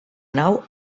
nau